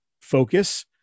focus